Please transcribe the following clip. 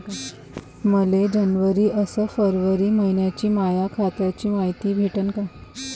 मले जनवरी अस फरवरी मइन्याची माया खात्याची मायती भेटन का?